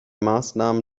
maßnahmen